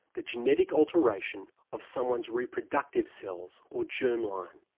the genetic alteration of someone's reproductive cells or germline.